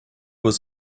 was